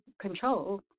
control